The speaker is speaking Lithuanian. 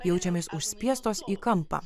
jaučiamės užspiestos į kampą